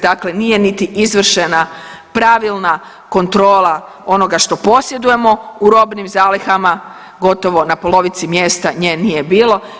Dakle, nije niti izvršena pravilna kontrola onoga što posjedujemo u robnim zalihama, gotovo na polovici mjesta nje nije bilo.